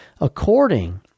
according